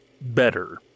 better